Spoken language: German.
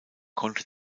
konnte